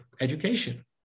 education